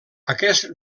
aquest